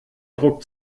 druck